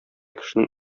кешенең